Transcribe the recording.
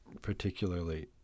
particularly